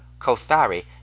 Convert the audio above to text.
Kothari